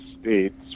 States